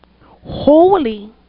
holy